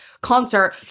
concert